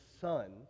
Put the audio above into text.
son